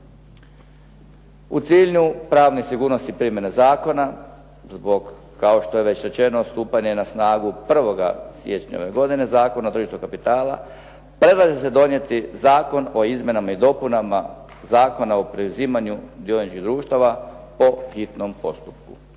U cilju pravne sigurnosti primjene zakona zbog, kao što je već rečeno stupanja na snagu 1. siječnja ove godine, Zakon o tržištu kapitala, predlaže da će donijeti Zakon o izmjenama i dopunama Zakona o preuzimanju dioničkih društava po hitnom postupku.